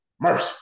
mercy